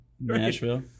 Nashville